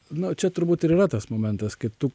no čia turbūt ir yra tas momentas tai tu